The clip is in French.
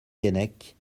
keinec